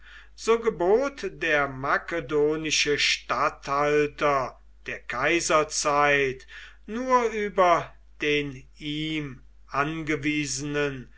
gebot der makedonische statthalter der kaiserzeit nur über den ihm angewiesenen